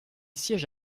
siège